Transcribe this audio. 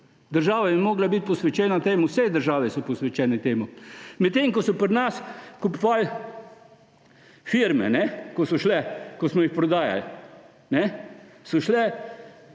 Država bi morala biti posvečena temu. Vse države so posvečene temu. Medtem ko so pri nas kupovali firme, ko so šle, ko smo jih prodajali, so šle